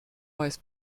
weiss